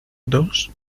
dos